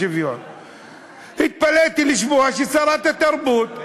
התפלאתי לשמוע ששרת התרבות,